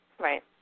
Right